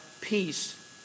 peace